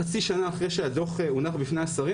חצי שנה אחרי שהדו"ח הונח בפני השרים,